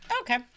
okay